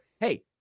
hey